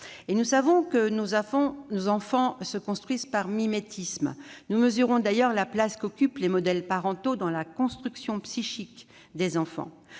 Nous savons que nos enfants se construisent par mimétisme. Nous mesurons d'ailleurs la place qu'occupent les modèles parentaux dans la construction psychique des enfants.